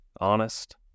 honest